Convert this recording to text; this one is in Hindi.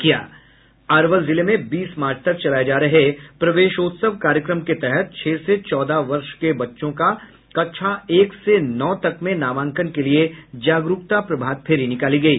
अरवल जिले में बीस मार्च तक चलाये जा रहे प्रवेशोत्सव कार्यक्रम के तहत छह से चौदह वर्ष के बच्चों का कक्षा एक से नौ तक में नामांकन के लिए जागरूकता प्रभातफेरी निकाली गयी